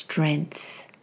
Strength